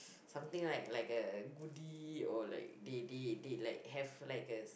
something like like a goodie or like they they they like have like a